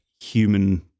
human